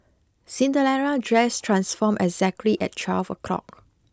Cinderella's dress transformed exactly at twelve o'clock